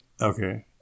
Okay